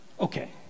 Okay